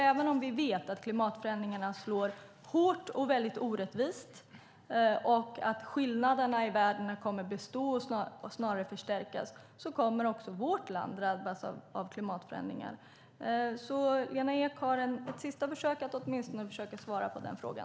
Även om vi vet att klimatförändringarna slår hårt och orättvist och att skillnaderna i världen kommer att bestå och snarare förstärkas kommer också vårt land att drabbas av klimatförändringar. Lena Ek har nu en sista chans att åtminstone försöka svara på den frågan.